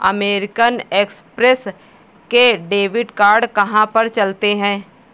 American Express के debit card कहाँ पर चलते हैं?